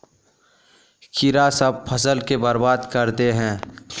कीड़ा सब फ़सल के बर्बाद कर दे है?